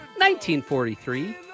1943